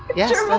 yes.